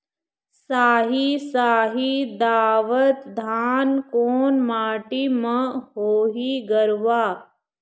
साही शाही दावत धान कोन माटी म होही गरवा?